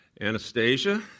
Anastasia